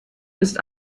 ist